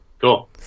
cool